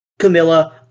Camilla